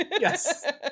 Yes